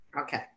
Okay